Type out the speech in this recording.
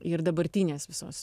ir dabartinės visos